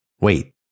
Wait